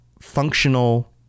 functional